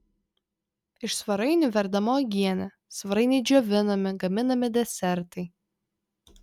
iš svarainių verdama uogienė svarainiai džiovinami gaminami desertai